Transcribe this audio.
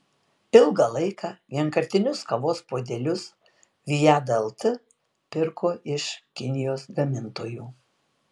ilgą laiką vienkartinius kavos puodelius viada lt pirko iš kinijos gamintojų